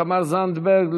תמר זנדברג,